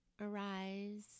arise